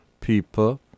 people